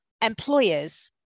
employers